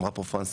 אמרה פה פרנסואז,